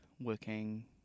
working